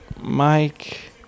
Mike